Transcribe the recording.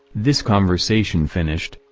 this conversation finished,